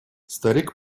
старик